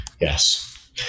Yes